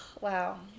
wow